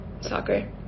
soccer